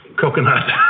coconut